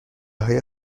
های